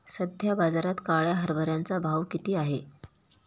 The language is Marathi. सध्या बाजारात काळ्या हरभऱ्याचा भाव किती आहे?